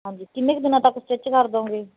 ਹਾਂਜੀ ਕਿੰਨੇ ਕੁ ਦਿਨਾਂ ਤੱਕ ਸਟਿੱਚ ਕਰ ਦੋਂਗੇ